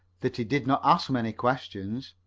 that he did not ask many questions.